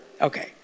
Okay